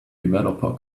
developer